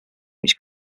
which